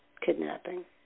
kidnapping